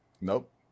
Nope